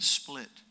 split